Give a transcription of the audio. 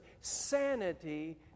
sanity